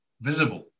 visible